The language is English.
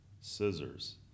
scissors